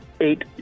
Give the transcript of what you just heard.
Eight